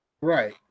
Right